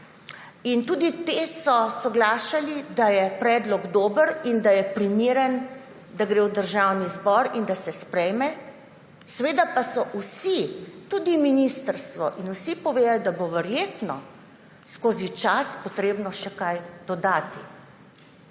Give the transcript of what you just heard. Tudi ti so soglašali, da je predlog dober in da je primeren, da gre v državni zbor in da se sprejme. Seveda pa so vsi, tudi ministrstvo, povedali, da bo verjetno skozi čas treba še kaj dodati.